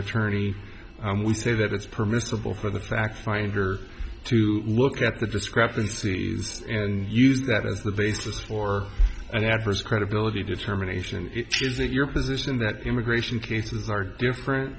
attorney and we say that it's permissible for the fact finder to look at the discrepancies and use that as the basis for an adverse credibility determination is it your position that immigration cases are different